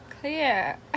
clear